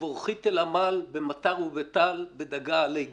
"תבורכי תל עמל במטר ובטל, בדגה עלי גל".